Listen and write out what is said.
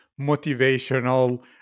motivational